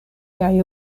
kaj